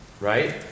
right